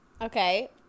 Okay